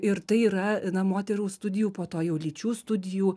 ir tai yra na moterų studijų po to jau lyčių studijų